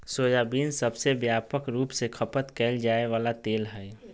soybean सबसे व्यापक रूप से खपत कइल जा वला तेल हइ